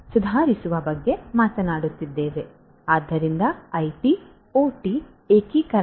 ಆದ್ದರಿಂದ IT OT ಏಕೀಕರಣವನ್ನು ನಾವು ಮತ್ತೊಮ್ಮೆ ನೋಡಬೇಕಾಗಿದೆ